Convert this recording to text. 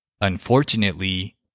Unfortunately